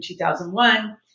2001